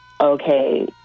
okay